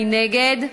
מי נגד?